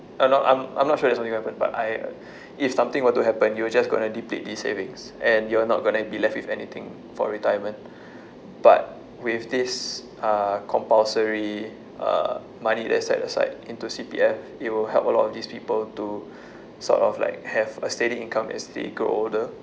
I'm not I'm I'm not sure that something will happen but I if something were to happen you're just going to deplete this savings and you're not going to be left with anything for retirement but with this uh compulsory uh money they set aside into C_P_F it will help a lot of these people to sort of like have a steady income as they grow older